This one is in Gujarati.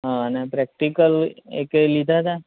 હા અને પ્રેક્ટિકલ એકેય લીધા હતા